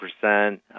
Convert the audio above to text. percent